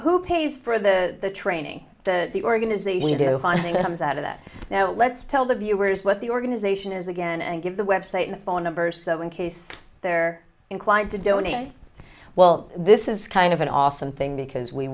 who pays for the training that the organization you do funding comes out of that now let's tell the viewers what the organization is again and give the web site phone numbers so in case they're inclined to donate well this is kind of an awesome thing because we